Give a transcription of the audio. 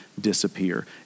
disappear